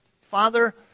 Father